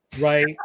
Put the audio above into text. Right